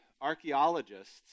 archaeologists